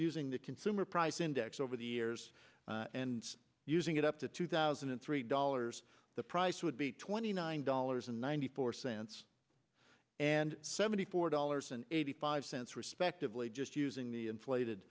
using the consumer price index over the years and using it up to two thousand and three dollars the price would be twenty nine dollars and ninety four cents and seventy four dollars and eighty five cents respectively just using the inflated